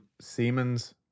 Siemens